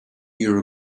your